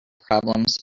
problems